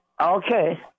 Okay